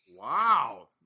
wow